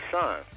son